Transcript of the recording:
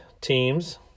teams